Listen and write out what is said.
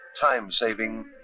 time-saving